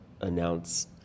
announce